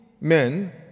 men